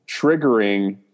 triggering